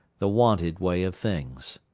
the wonted way of things.